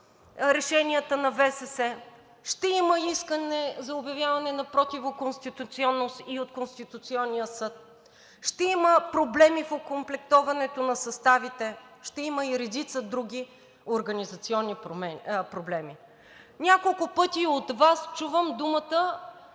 решенията на ВСС, ще има искане за обявяване на противоконституционност и от Конституционния съд, ще има проблеми в окомплектуването на съставите, ще има и редица други организационни проблеми. Няколко пъти от Вас чувам думите